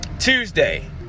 Tuesday